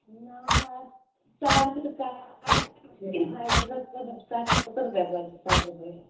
नहि आओर चालिस पचास एक सओ सत्तरि साठि एक सओ सत्तरि रुपैआ कहै छै साठि रुपैए